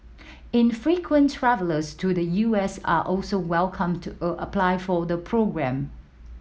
infrequent travellers to the U S are also welcome to a apply to the programme